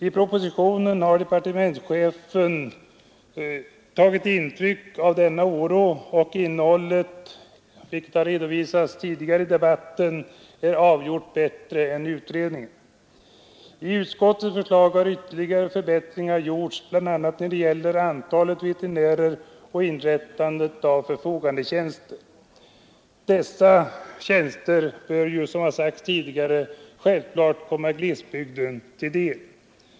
I propositionen har departementschefen tagit intryck av denna oro, och dess innehåll, vilket har redovisats tidigare i debatten, är avgjort bättre än utredningens. I utskottets förslag har ytterligare förbättringar gjorts bl.a. när det gäller antalet veterinärer och inrättandet av förfogandetjänster. Dessa tjänster bör, som det har sagts tidigare, självklart komma glesbygden till del.